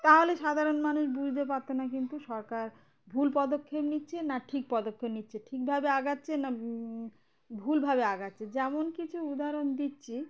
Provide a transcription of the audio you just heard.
তাহলে সাধারণ মানুষ বুঝতে পারত না কিন্তু সরকার ভুল পদক্ষেপ নিচ্ছে না ঠিক পদক্ষেপ নিচ্ছে ঠিকভাবে এগোচ্ছে না ভু ভুলভাবে এগোচ্ছে যেমন কিছু উদাহরণ দিচ্ছি